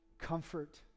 comfort